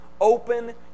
open